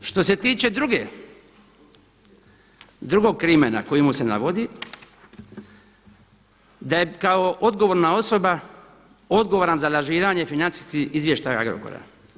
Što se tiče drugog krimena koji mu se navodi, da je kao odgovorna osoba odgovoran za lažiranje financijskih izvještaja Agrokora.